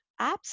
apps